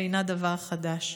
ואינה דבר חדש.